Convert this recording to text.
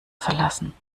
verlassen